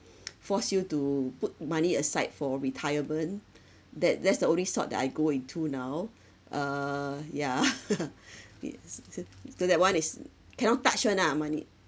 forced you to put money aside for retirement that~ that's the only sort that I go into now uh yeah it's is it the that one is cannot touch [one] ah the money